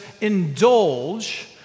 indulge